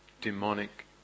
demonic